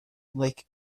like